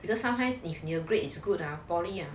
because sometimes if your grade is good ah poly ah